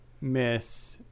miss